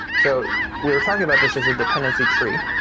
so we're talking about this as a dependency tree.